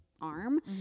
arm